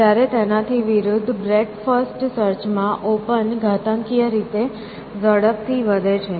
જ્યારે તેનાથી વિરૃદ્ધ બ્રેડ્થ ફર્સ્ટ સર્ચ માં ઓપન ઘાતાંકીય રીતે ઝડપથી વધે છે